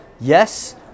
yes